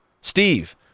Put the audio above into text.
Steve